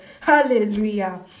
Hallelujah